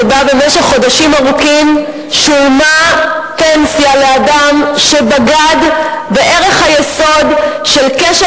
שבמשך חודשים ארוכים שולמה פנסיה לאדם שבגד בערך היסוד של קשר